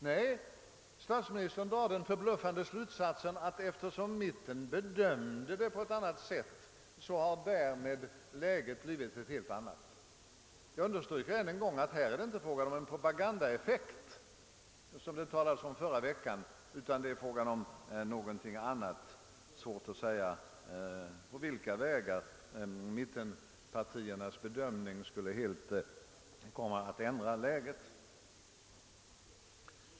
Nej, statsministern drar den förbluffande slutsatsen, att eftersom mitten »bedömde» saken på ett annat sätt har läget blivit helt förändrat. Jag understryker, att här är det inte fråga om en propagandaeffekt, som det talades om förra veckan, utan det är fråga om något annat. Det är svårt att förstå hur mittenpartiernas bedömning helt kunnat ändra läget.